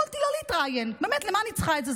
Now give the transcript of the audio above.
יכולתי לא להתראיין, באמת, למה אני צריכה את זה?